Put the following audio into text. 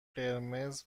قرمز